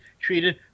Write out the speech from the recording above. treated